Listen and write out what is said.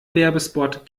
werbespot